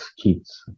kids